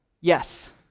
Yes